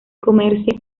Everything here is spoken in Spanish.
comerse